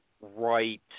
right